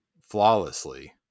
flawlessly